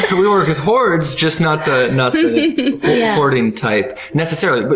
we work with hords, just not the not the hoarding type, necessarily. but